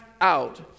out